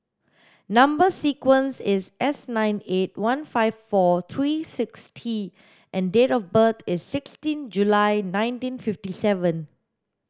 number sequence is S nine eight one five four three six T and date of birth is sixteen July nineteen fifty seven